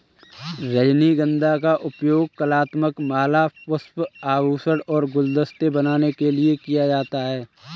रजनीगंधा का उपयोग कलात्मक माला, पुष्प, आभूषण और गुलदस्ते बनाने के लिए किया जाता है